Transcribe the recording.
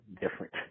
different